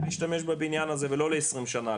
להשתמש בבניין הזה ולא לעשרים שנה,